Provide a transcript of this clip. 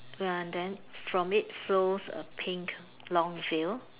ya then from it flows a pink long veil